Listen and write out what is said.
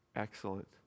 Excellent